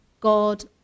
God